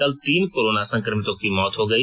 कल तीन कोरोना संक्रमितों की मौत हो गई